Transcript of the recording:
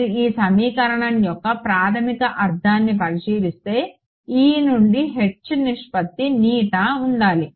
మీరు ఈ సమీకరణం యొక్క ప్రాథమిక అర్థాన్ని పరిశీలిస్తే E నుండి H నిష్పత్తి ఉండాలి